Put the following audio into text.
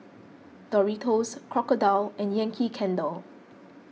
Doritos Crocodile and Yankee Candle